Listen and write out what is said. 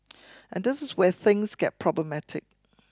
and this is where things get problematic